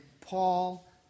Paul